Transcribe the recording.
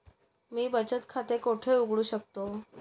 मी बचत खाते कोठे उघडू शकतो?